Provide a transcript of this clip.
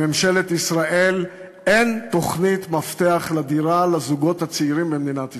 לממשלת ישראל אין תוכנית מפתח לדירה לזוגות הצעירים במדינת ישראל.